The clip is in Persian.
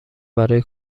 برای